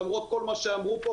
למרות כל מה שאמרו פה,